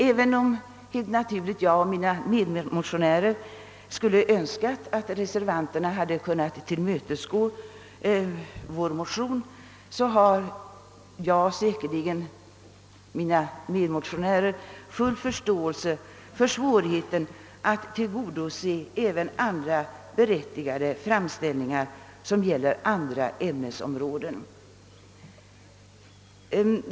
Även om jag och säkerligen också mina medmotionärer skulle ha önskat att reservanterna helt anslutit sig till önskemålen i vår motion har jag full förståelse för svårigheten att tillgodose även berättigade framställningar gällande andra ämnesområden.